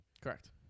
Correct